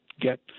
get